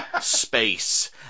space